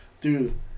Dude